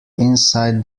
inside